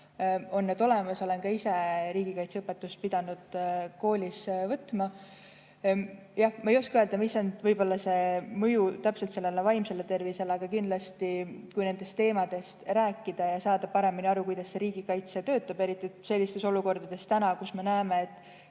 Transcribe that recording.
need olemas, olen ka ise riigikaitseõpetust pidanud koolis võtma. Jah, ma ei oska öelda, mis võib olla see mõju täpselt vaimsele tervisele, aga kindlasti, kui nendest teemadest rääkida ja saada paremini aru, kuidas riigikaitse töötab – eriti sellistes olukordades, nagu on täna, kus me näeme, et